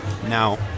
Now